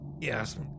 Yes